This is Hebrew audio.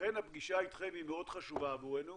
לכן הפגישה איתכם היא מאוד חשובה עבורנו,